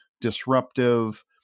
disruptive